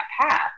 path